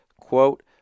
quote